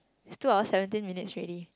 it's two hours seventeen minutes already